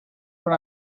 son